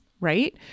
right